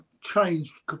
changed